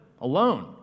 alone